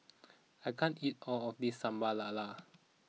I can't eat all of this Sambal Lala